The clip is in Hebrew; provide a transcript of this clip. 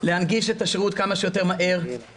להנגיש את השירות כמה שיותר מהר,